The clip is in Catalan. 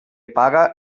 paga